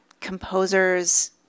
composers